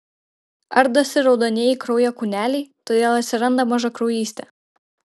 ardosi raudonieji kraujo kūneliai todėl atsiranda mažakraujystė